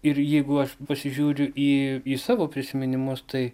ir jeigu aš pasižiūriu į į savo prisiminimus tai